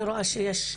ואני מבינה שהם